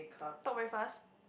talk very fast